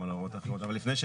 אבל לפני,